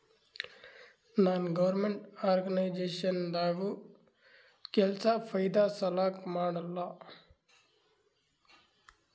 ನಾನ್ government organisation ದಾಗ್ನು ಕೆಲ್ಸಾ ಫೈದಾ ಸಲಾಕ್ ಮಾಡಲ್ಲ